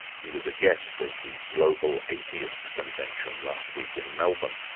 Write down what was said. he was a guest of the global atheist convention last week in melbourne.